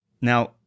Now